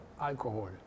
alcohol